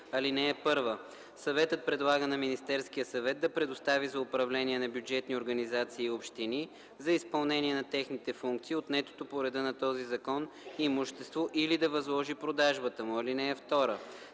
89. (1) Съветът предлага на Министерския съвет да предостави за управление на бюджетни организации и общини за изпълнение на техните функции отнетото по реда на този закон имущество или да възложи продажбата му. (2) Съветът